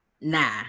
Nah